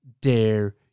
dare